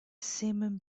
simum